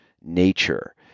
nature